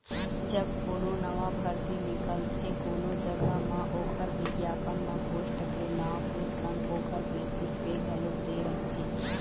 जब कोनो नवा भरती निकलथे कोनो जघा म ओखर बिग्यापन म पोस्ट के नांव के संग ओखर बेसिक पे घलोक दे रहिथे